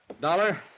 Dollar